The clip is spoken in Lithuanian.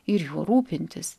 ir juo rūpintis